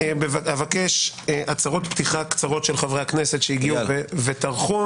אבקש הצהרות פתיחה קצרות של חברי הכנסת שהגיעו וטרחו,